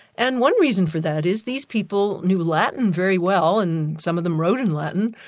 and one reason for that is these people knew latin very well and some of them wrote in latin,